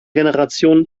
generation